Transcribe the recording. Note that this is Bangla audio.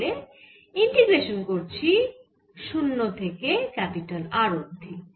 তাহলে ইন্টিগ্রেশান করছি 0 থেকে R অবধি